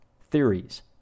theories